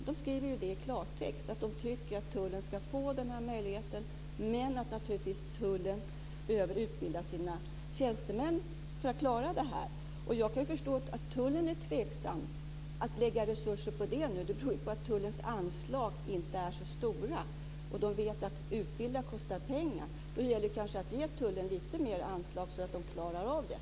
Det står i klartext att man tycker att tullen ska få den möjligheten men att tullen behöver utbilda sina tjänstemän för att klara det. Jag kan förstå att tullen är tveksam till att lägga resurser på det. Det beror på att tullens anslag inte är så stora. Att utbilda kostar pengar. Det gäller kanske att ge tullen lite mer anslag, så att man klarar av det.